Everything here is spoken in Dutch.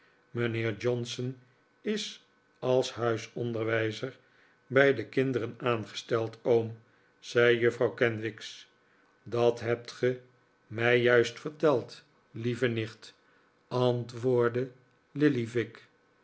mijnheer johnson is als huisonderwijzer bij de kinderen aangesteld oom zei juffrouw kenwigs dat hebt ge mij juist verteld lieve nicht antwoordde lillyvick